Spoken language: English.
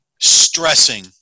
stressing